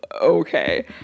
Okay